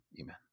Amen